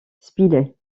spilett